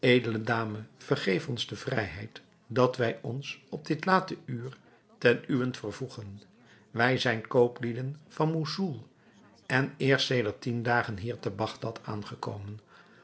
edele dame vergeef ons de vrijheid dat wij ons op dit late uur ten uwent vervoegen wij zijn kooplieden van moussoel en eerst sedert tien dagen hier te bagdad aangekomen